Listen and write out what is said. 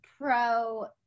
pro